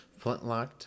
flintlocked